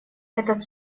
этот